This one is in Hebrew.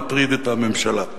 מטריד את הממשלה.